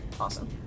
Awesome